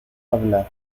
habla